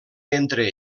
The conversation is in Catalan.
entre